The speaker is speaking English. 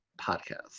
podcast